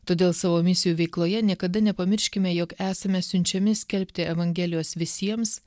todėl savo misijų veikloje niekada nepamirškime jog esame siunčiami skelbti evangelijos visiems